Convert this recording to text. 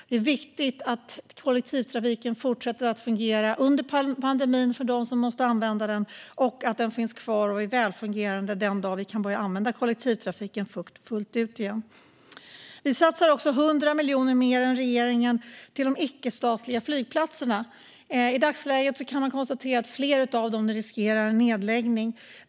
Det är viktigt att kollektivtrafiken fortsätter att fungera under pandemin för dem som måste använda den och att den finns kvar och är välfungerande den dag vi kan börja använda kollektivtrafiken fullt ut igen. Vi satsar också 100 miljoner mer än regeringen på de icke-statliga flygplatserna. I dagsläget riskerar flera av dem nedläggning.